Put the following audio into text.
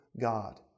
God